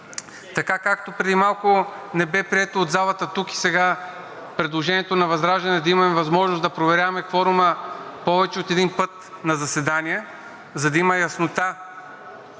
Така както преди малко не бе прието от залата тук и сега предложението на ВЪЗРАЖДАНЕ да има възможност да проверяваме кворума повече от един път на заседание, за да има яснота